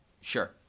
Sure